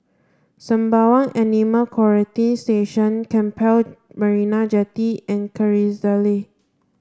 Sembawang Animal Quarantine Station Keppel Marina Jetty and Kerrisdale